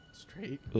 Straight